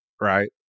Right